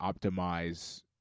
optimize